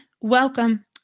Welcome